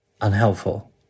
unhelpful